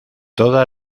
toda